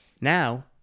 Now